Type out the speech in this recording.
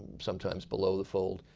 sometimes below the fold.